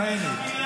רם?